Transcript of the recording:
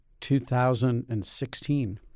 2016